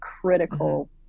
critical